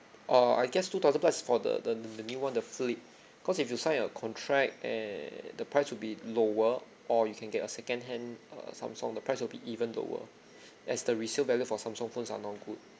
orh I guess two thousand plus is for the the the new one the flip cause if you sign a contract eh the price will be lower or you can get a secondhand uh Samsung the price will be even lower as the resale value for Samsung phones are not good